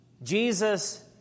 Jesus